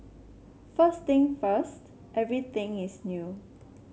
first thing first everything is new